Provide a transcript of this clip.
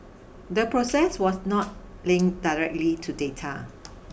the process was not link directly to data